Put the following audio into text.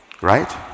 right